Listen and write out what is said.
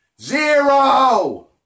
Zero